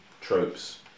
tropes